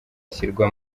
ashyirwa